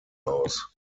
aus